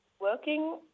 working